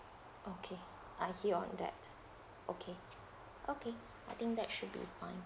okay I hear you on that okay okay I think that should be all